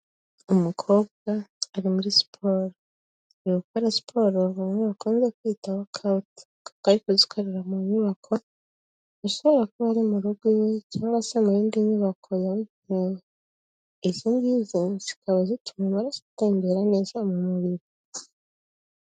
Umukobwa ari muri siporo, ari gukora siporo bamwe bakunda kwitaho cat ari kuzikorera mu nyubako isaba kuba ari mu rugo iwe cyangwa se mu yindi nyubako yabugenewe, izi ngizi zikaba zituma amaraso atembera neza mu mubiri.